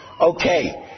okay